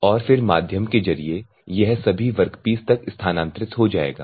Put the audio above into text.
और फिर माध्यम के जरिए यह सभी वर्कपीस तक स्थानांतरित हो जाएगा